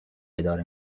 اداره